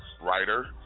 writer